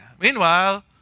Meanwhile